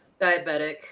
diabetic